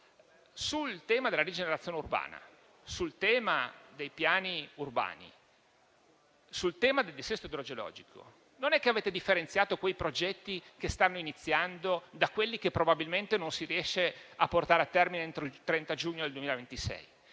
Sul tema della rigenerazione urbana, sul tema dei piani urbani, sul tema del dissesto idrogeologico non avete differenziato i progetti che stanno iniziando da quelli che probabilmente non si riusciranno a portare a termine entro il 30 giugno 2026.